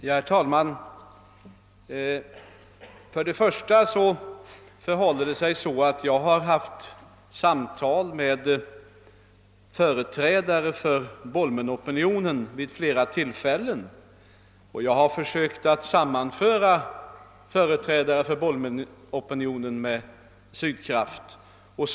Herr talman! Först vill jag säga att jag haft samtal med företrädare för Bolmenopinionen vid flera tillfällen och att jag har försökt att sammanföra företrädare för denna opinion med Sydvatten.